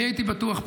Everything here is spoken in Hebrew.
אני הייתי בטוח,